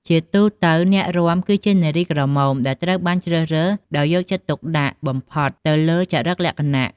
ជាទូទៅ អ្នករាំគឺជា នារីក្រមុំ ដែលត្រូវបានជ្រើសរើសដោយយកចិត្តទុកដាក់បំផុតទៅលើចរិតលក្ខណៈ។